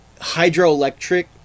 Hydroelectric